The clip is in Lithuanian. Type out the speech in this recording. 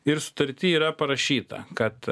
ir sutarty yra parašyta kad